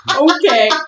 Okay